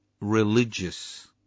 religious